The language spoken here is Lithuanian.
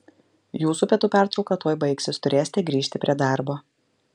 jūsų pietų pertrauka tuoj baigsis turėsite grįžti prie darbo